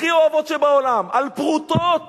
הכי אוהבות שבעולם, על פרוטות